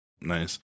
Nice